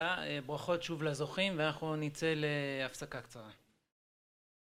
ברכות שוב לזוכים ואנחנו נצא להפסקה קצרה